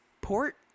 port